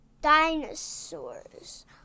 dinosaurs